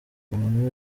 umuntu